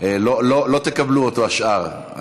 לא תקבלו אותו, השאר.